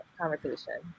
conversation